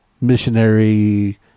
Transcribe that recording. missionary